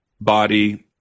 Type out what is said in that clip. body